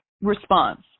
response